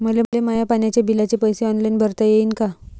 मले माया पाण्याच्या बिलाचे पैसे ऑनलाईन भरता येईन का?